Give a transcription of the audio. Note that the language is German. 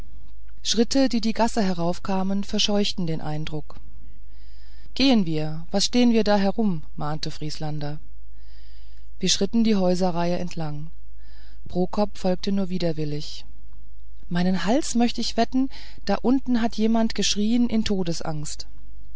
schritte die die gasse heraufkamen verscheuchten den eindruck gehen wir was stehen wir da herum mahnte vrieslander wir schritten die häuserreihe entlang prokop folgte nur widerwillig meinen hals möcht ich wetten da unten hat jemand geschrien in todesangst